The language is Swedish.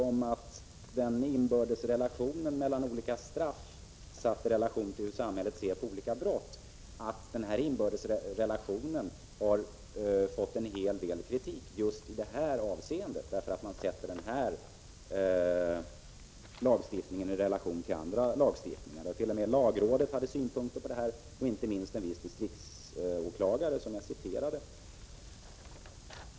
Jag avser då den inbördes relationen mellan olika straff i relation till hur samhället ser på olika brott — som fått en hel del kritik i just det här avseendet, därför att man sätter den här lagstiftningen i relation till annan lagstiftning. T. o. m. lagrådet har haft synpunkter på detta, och det har inte minst också den distriktsåklagare som jag tidigare citerade.